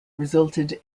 resulted